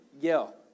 yell